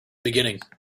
beginning